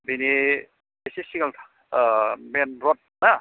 बेनि एसे सिगां मेन रड ना